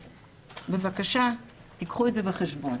אז בבקשה, קחו את זה בחשבון.